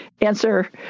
answer